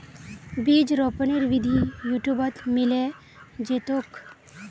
बीज रोपनेर विधि यूट्यूबत मिले जैतोक